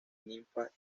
ninfa